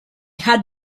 had